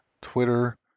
Twitter